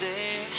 Day